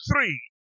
three